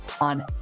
on